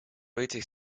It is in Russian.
этих